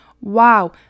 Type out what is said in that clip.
Wow